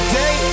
day